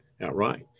outright